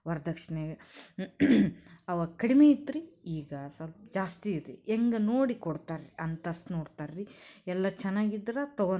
ವರ್ದಕ್ಷಿಣೆ ಅವಾಗ ಕಡಿಮೆ ಇತ್ತು ರೀ ಈಗ ಸ್ವಲ್ಪ ಜಾಸ್ತಿ ಇದೆ ಹೇಗ್ ನೋಡಿ ಕೊಡ್ತಾರೆ ರೀ ಅಂತಸ್ತು ನೋಡ್ತಾರೆ ರೀ ಎಲ್ಲ ಚೆನ್ನಾಗಿದ್ರೆ ತಗೋತಾರೆ ರೀ